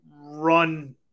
run